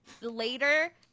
later